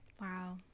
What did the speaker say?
Wow